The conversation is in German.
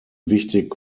wichtig